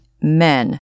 men